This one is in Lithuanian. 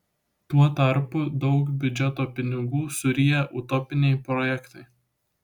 tuo tarpu daug biudžeto pinigų suryja utopiniai projektai